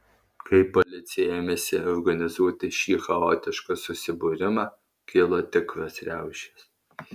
kai policija ėmėsi organizuoti šį chaotišką susibūrimą kilo tikros riaušės